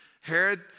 Herod